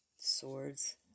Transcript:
swords